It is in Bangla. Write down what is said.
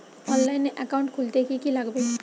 অনলাইনে একাউন্ট খুলতে কি কি লাগবে?